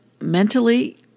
mentally